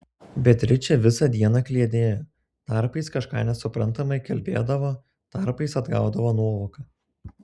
beatričė visą dieną kliedėjo tarpais kažką nesuprantamai kalbėdavo tarpais atgaudavo nuovoką